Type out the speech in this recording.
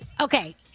Okay